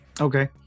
okay